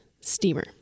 steamer